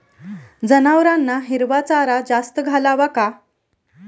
जनावरांना हिरवा चारा जास्त घालावा का?